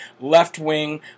left-wing